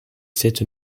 sept